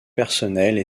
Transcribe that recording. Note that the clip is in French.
personnels